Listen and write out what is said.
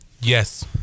Yes